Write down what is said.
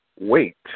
wait